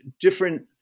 different